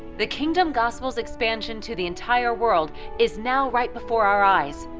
the kingdom gospel's expansion to the entire world is now right before our eyes.